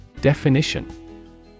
Definition